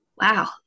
wow